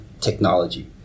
technology